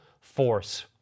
force